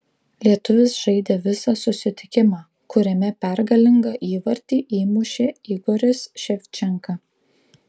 lietuvis žaidė visą susitikimą kuriame pergalingą įvartį įmušė igoris ševčenka